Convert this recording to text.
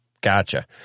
Gotcha